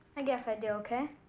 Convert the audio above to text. i guess i do okay.